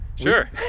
Sure